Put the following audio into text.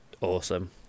awesome